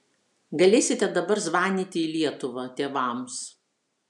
galėsite dabar zvanyti į lietuvą tėvams